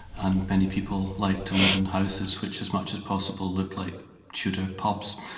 and many people like to live in houses which as much as possible look like tudor pubs.